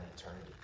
eternity